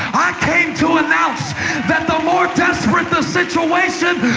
i came to announce that the more desperate the situation,